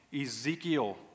Ezekiel